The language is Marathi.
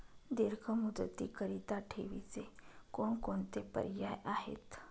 दीर्घ मुदतीकरीता ठेवीचे कोणकोणते पर्याय आहेत?